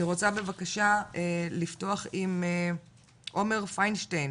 אני רוצה בבקשה לפתוח עם עומרי פיינשטיין